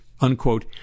unquote